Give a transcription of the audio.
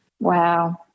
Wow